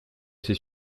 ses